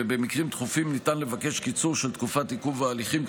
ובמקרים דחופים ניתן לבקש קיצור של תקופת עיכוב ההליכים,